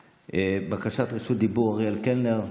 בקשת רשות דיבור, אריאל קלנר,